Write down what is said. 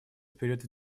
вперед